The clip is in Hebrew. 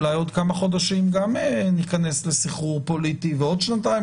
אולי עוד כמה חודשים גם ניכנס לסחרור פוליטי ועוד שנתיים,